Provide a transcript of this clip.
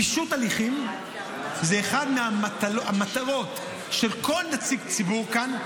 פישוט הליכים הוא אחת מהמטרות של כל נציג ציבור כאן,